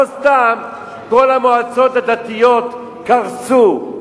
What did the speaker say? לא סתם כל המועצות הדתיות קרסו,